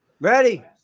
Ready